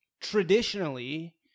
traditionally